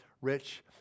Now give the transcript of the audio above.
rich